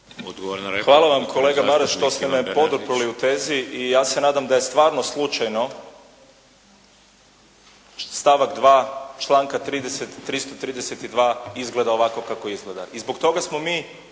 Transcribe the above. Hvala vam kolega Maras što ste me poduprli u tezi. I ja se nadam da je stvarno slučajno stavak 2. članka 332. izgleda ovako kako izgleda